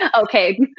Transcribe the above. Okay